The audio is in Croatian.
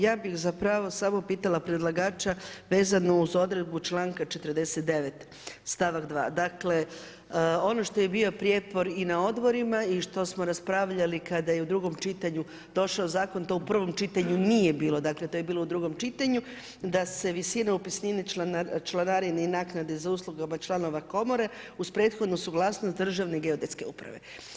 Ja bih zapravo samo pitala predlagača vezano uz odredbu čl. 49., st. 2. dakle, ono što je bio prijepor i na odborima i što smo raspravljali kada je u drugom čitanju došao Zakon, to u prvom čitanju nije bilo, dakle, to je bilo u drugom čitanju, da se visina upisnine članarine i naknade za ... [[Govornik se ne razumije]] ,,, članova komore uz prethodnu suglasnost Državne geodetske uprave.